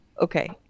Okay